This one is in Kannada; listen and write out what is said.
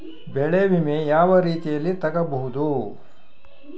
ಬೆಳೆ ವಿಮೆ ಯಾವ ರೇತಿಯಲ್ಲಿ ತಗಬಹುದು?